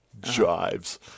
jives